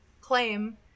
claim